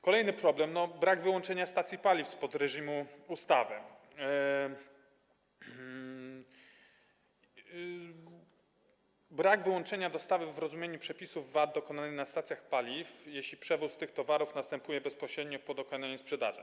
Kolejny problem - brak wyłączenia stacji paliw spod reżimu ustawy, brak wyłączenia dostawy w rozumieniu przepisów VAT dokonanej na stacjach paliw, jeśli przewóz towarów następuje bezpośrednio po dokonaniu sprzedaży.